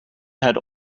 had